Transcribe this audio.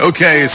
Okay